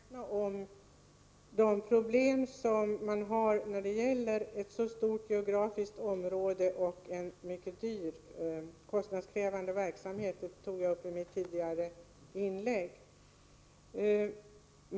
Herr talman! Jag vill på Arne Nygrens första fråga svara: Visst är vi från utskottets sida medvetna om de problem som man har när det gäller ett så stort geografiskt område och en mycket kostnadskrävande verksamhet. Detta tog jag upp i mitt tidigare inlägg.